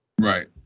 Right